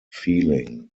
feeling